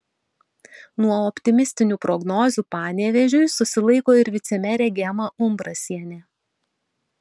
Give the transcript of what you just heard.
nuo optimistinių prognozių panevėžiui susilaiko ir vicemerė gema umbrasienė